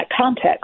context